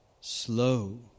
slow